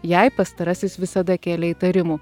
jai pastarasis visada kėlė įtarimų